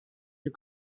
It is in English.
you